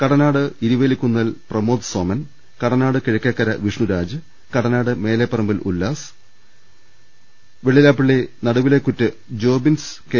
Kadanad Iruvelikkunnel Pramod Soman Kadanad Kizhakkekara Vishnuraj Kadanad Maleparambil Ullas Vellilappally Naduvilekkuttu Jobins K